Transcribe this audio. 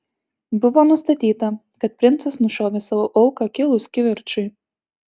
buvo nustatyta kad princas nušovė savo auką kilus kivirčui